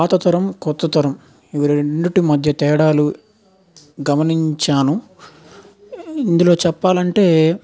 పాత తరం కొత్త తరం ఇవి రెండింటి మధ్య తేడాలు గమనించాను ఇందులో చెప్పాలంటే